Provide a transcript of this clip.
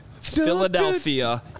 Philadelphia